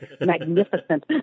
magnificent